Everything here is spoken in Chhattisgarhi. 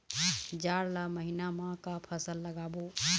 जाड़ ला महीना म का फसल लगाबो?